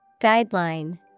Guideline